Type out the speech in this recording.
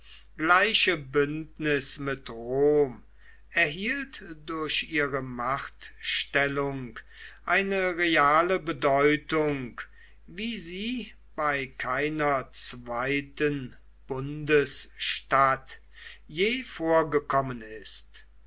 gleiche bündnis mit rom erhielt durch ihre machtstellung eine reale bedeutung wie sie bei keiner zweiten bundesstadt je vorgekommen ist